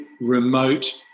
remote